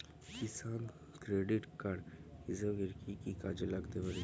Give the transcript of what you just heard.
কিষান credit card কৃষকের কি কি কাজে লাগতে পারে?